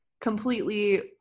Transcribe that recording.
completely